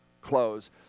close